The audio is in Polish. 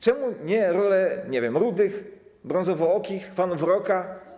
Czemu nie rolę, nie wiem, rudych, brązowookich, fanów rocka?